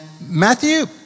Matthew